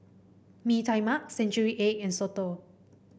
Mee Tai Mak Century Egg and soto